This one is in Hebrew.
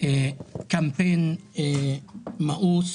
קמפיין מאוס.